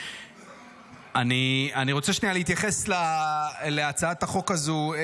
אני רוצה שנייה להתייחס להצעת החוק הזו,